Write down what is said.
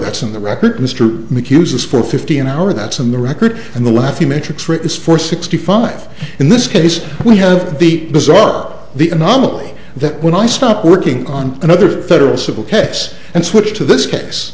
that's in the record mr mchugh says for fifty an hour that's in the record and the last few matrix is for sixty five in this case we have the bizarre the anomaly that when i stop working on another federal civil case and switch to this case